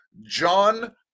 John